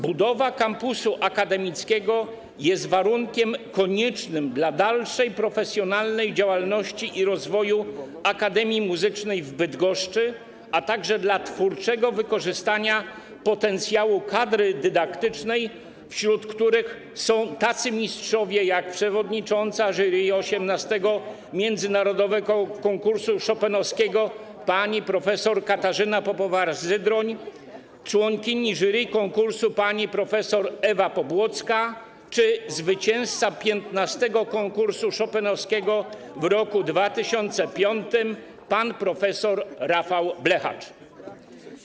Budowa kampusu akademickiego jest warunkiem koniecznym dla dalszej profesjonalnej działalności i rozwoju Akademii Muzycznej w Bydgoszczy, a także dla twórczego wykorzystania potencjału kadry dydaktycznej, w której są tacy mistrzowie jak przewodnicząca jury 18. międzynarodowego konkursu chopinowskiego pani prof. Katarzyna Popowa-Zydroń, członkini jury konkursu pani prof. Ewa Pobłocka czy zwycięzca 15. konkursu chopinowskiego z roku 2005 pan prof. Rafał Blechacz.